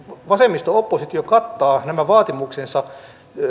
vasemmisto oppositio kattaa nämä vaatimuksensa